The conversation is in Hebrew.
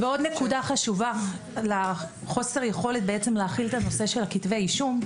עוד נקודה חשובה לחוסר היכולת להחיל את הנושא של כתבי האישום.